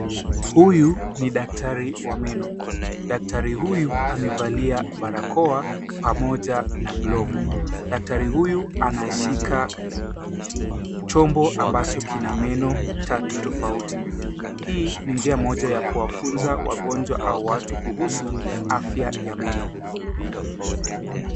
Huyu ni daktari wa meno. Daktari huyu amevalia barakoa pamoja na glavu. Daktari huyu anashika chombo ambacho kina meno tatu tofauti. Hii ni njia moja ya kuwafunza wagonjwa au watu kuhusu afya ya meno.